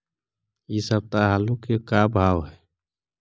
इ सप्ताह आलू के का भाव है?